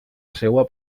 seua